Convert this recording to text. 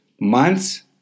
months